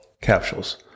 capsules